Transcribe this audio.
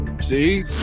See